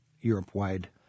Europe-wide